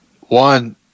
one